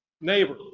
neighbor